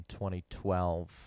2012